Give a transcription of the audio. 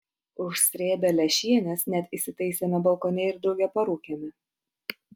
užsrėbę lęšienės net įsitaisėme balkone ir drauge parūkėme